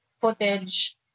footage